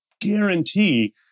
guarantee